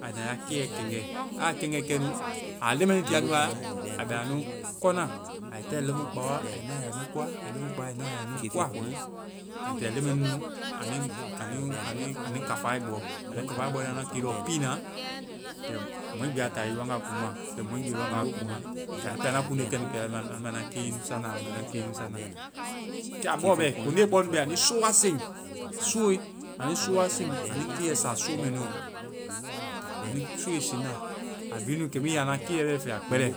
Ai ta ai ya keiyɛ kɛŋgɛe. Á kɛŋgɛe kɛ nu, a leŋmɛnu tia nu wa, a bɛ anu kɔna. Ai táa ai lɔnfeŋ kpaoa, ai na a ya nu kɔa. Ai lɔnfeŋ kpaoa, ai na a ya nu kɔa. Ai toa lɛŋmɛnunu anui-anu-anu kafa ai bɔ. Anu kafaa bɔe anda ke lɔɔ pii na, kɛɛ mɔɛ gbi a ta i wanga kuŋnma. Kɛɛ mɔɛ gbi wanga bɛ anu kuŋnma. Kɛ anu pɛ anda kuŋde kɛnu, anda nua keinu sa na, anda keinu sa na. Kɛ a bɔ bɛ-koŋnde bɔ nu bɛ, anui sɔ wa seŋ. Sooe! Anui soo wa seŋ anui keiyɛ sa soo mɛ nuɔ. Anui sooe seŋda. A bi wae nu, kɛmu i ya nua keiyɛ fɛ, a kpɛlɛ.